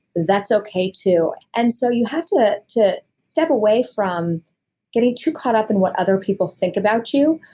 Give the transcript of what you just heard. that's okay, too. and so you have to to step away from getting too caught up in what other people think about you.